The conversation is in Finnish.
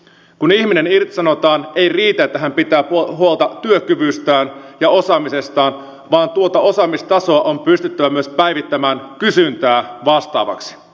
kun ihminen irtisanotaan ei riitä että hän pitää huolta työkyvystään ja osaamisestaan vaan tuota osaamistasoa on pystyttävä myös päivittämään kysyntää vastaavaksi